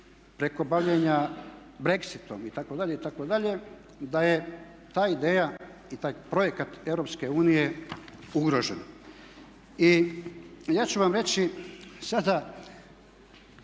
preko bavljenja Brexitom itd., itd., da je ta ideja i taj projekt Europske unije ugrožen. I ja ću vam reći sada